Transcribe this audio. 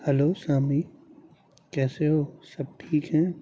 hello Sami کیسے ہو سب ٹھیک ہیں